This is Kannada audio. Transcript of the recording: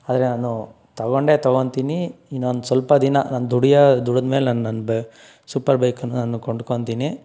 ಆದರೆ ನಾನು ತೊಗೊಂಡೇ ತೊಗೊತೀನಿ ಇನ್ನೊಂದು ಸ್ವಲ್ಪ ದಿನ ನಾನು ದುಡಿಯ ದುಡಿದ ಮೇಲೆ ನಾನು ನನ್ನ ಬೈ ಸೂಪರ್ ಬೈಕನ್ನು ನಾನು ಕೊಂಡ್ಕೋತೀನಿ